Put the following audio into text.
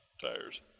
tires